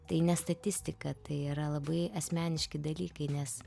tai ne statistika tai yra labai asmeniški dalykai nes